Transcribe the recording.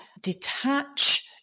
detach